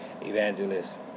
evangelist